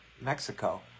Mexico